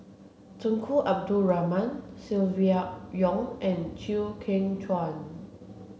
Tunku Abdul Rahman Silvia Yong and Chew Kheng Chuan